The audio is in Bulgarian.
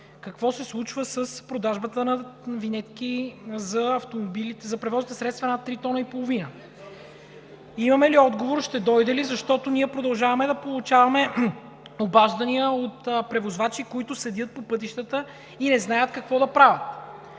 какво се случва с продажбата на винетки за автомобилите, за превозните средства над 3,5 тона. Имаме ли отговор, ще дойде ли? Защото ние продължаваме да получаваме обаждания от превозвачи, които седят по пътищата и не знаят какво да правят.